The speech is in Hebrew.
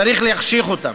צריך להחשיך אותם.